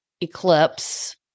eclipse